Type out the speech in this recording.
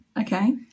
okay